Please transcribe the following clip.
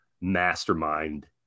mastermind